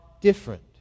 different